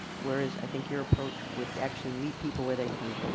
whereas, i think your approach would actually meet people where they can,